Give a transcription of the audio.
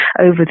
over